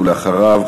ואחריו,